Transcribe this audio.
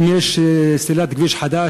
אם יש סלילת כביש חדש,